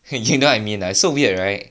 you know what I mean right so weird right